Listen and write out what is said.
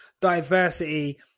diversity